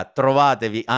trovatevi